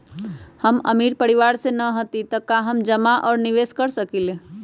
हम अमीर परिवार से न हती त का हम जमा और निवेस कर सकली ह?